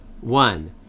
one